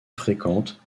fréquente